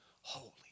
holy